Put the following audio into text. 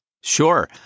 Sure